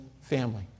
family